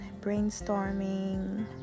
brainstorming